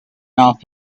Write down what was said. off